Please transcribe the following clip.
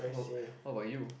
what what about you